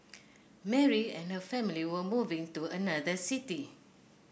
Mary and her family were moving to another city